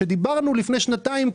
שדיברנו כבר לפני שנתיים,